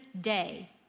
day